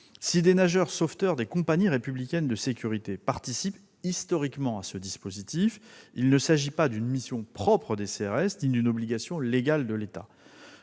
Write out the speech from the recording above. Si des maîtres-nageurs sauveteurs des compagnies républicaines de sécurité participent historiquement à ce dispositif, il ne s'agit pas d'une mission propre des CRS ni d'une obligation légale de l'État.